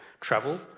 travel